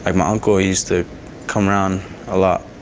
um ah uncle used to come around a lot